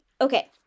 Okay